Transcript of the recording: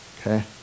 Okay